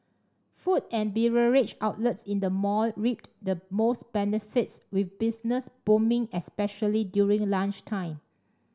food and beverage outlets in the mall reaped the most benefits with business booming especially during lunchtime